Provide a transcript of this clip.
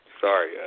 Sorry